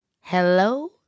Hello